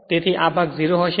તેથી આ ભાગ 0 હશે